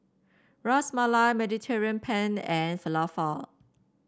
Ras Malai Mediterranean Penne and Falafel